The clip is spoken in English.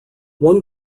one